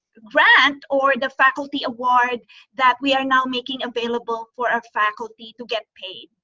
grant or the faculty award that we are now making available for a faculty to get paid.